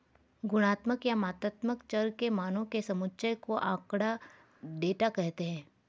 गुणात्मक या मात्रात्मक चर के मानों के समुच्चय को आँकड़ा, डेटा कहते हैं